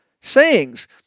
sayings